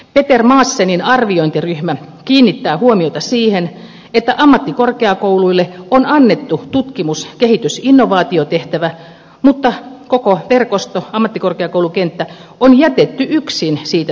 peter maassenin arviointiryhmä kiinnittää huomiota siihen että ammattikorkeakouluille on annettu tutkimus kehitys ja innovaatio tehtävä mutta koko verkosto ammattikorkeakoulukenttä on jätetty yksin siitä selviytymään